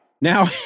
Now